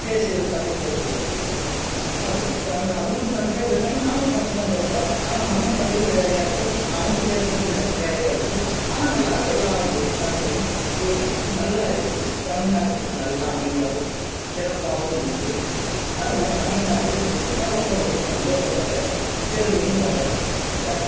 பேசுறது தமிழ் பேசுறது எப்படி அப்படின்னு தமிழ் அவங்களும் தமிழ் தான் பேசுவாங்க நாமளும் தமிழ் தான் பேசுகிறோம் ஆனால் நம்ம தமிழ் வேறயா இருக்கும் அவங்க பேசுகிற விதம் வேறயா இருக்கும் ஆனால் நல்லா எல்லா தமிழும் பேசுறதும் நல்லா இருக்கும் தமிழ்நாட்டில் நல்லா அமைதியாகவும் சிறப்பாகவும் இருக்கும் அதனால் தமிழ்நாட்டில் இருக்குறதுக்கு நான் ரொம்ப ரொம்ப சந்தோஷப்படுறேன் பெருமையும் படுகிறேன்